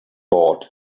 bought